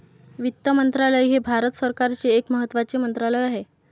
वित्त मंत्रालय हे भारत सरकारचे एक महत्त्वाचे मंत्रालय आहे